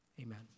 Amen